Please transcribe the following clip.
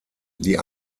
die